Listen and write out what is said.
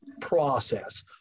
process